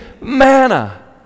manna